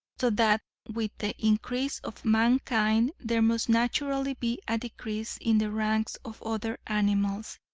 so that with the increase of mankind there must naturally be a decrease in the ranks of other animals,